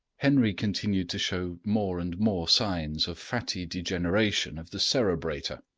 henry continued to show more and more signs of fatty degeneration of the cerebrator,